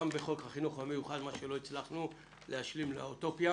גם בחוק החינוך המיוחד מה שהצלחנו להשלים כדי להגיע למצב אוטופי,